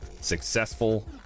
successful